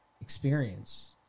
experience